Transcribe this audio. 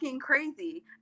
crazy